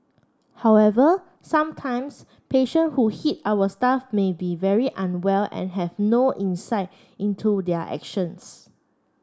however sometimes patient who hit our staff may be very unwell and have no insight into their actions